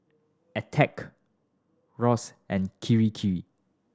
Attack Roxy and Kirei Kirei